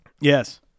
Yes